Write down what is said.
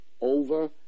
over